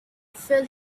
fell